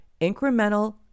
incremental